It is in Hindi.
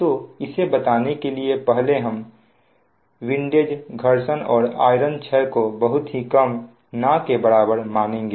तो इसे बताने के पहले हम विंडेज घर्षण और आयरन क्षय को बहुत ही कम ना के बराबर मानेंगे